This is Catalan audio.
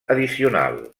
addicional